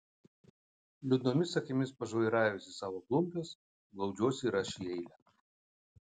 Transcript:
liūdnomis akimis pažvairavęs į savo klumpes glaudžiuosi ir aš į eilę